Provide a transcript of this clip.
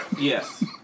Yes